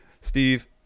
Steve